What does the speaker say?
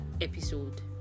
episode